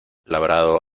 labrado